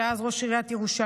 שהיה אז ראש עיריית ירושלים.